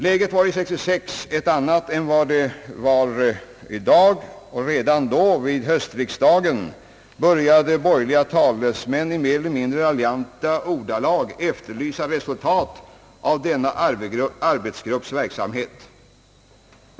Läget var år 1966 ett annat än det är i dag, och redan vid höstriksdagen det året började borgerliga talesmän i mer eller mindre raljanta ordalag att efterlysa resultatet av denna arbetsgrupps verksamhet.